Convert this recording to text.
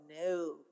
no